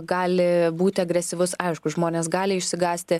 gali būti agresyvus aišku žmonės gali išsigąsti